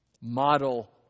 model